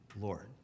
Lord